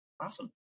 Awesome